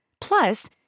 Plus